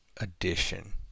addition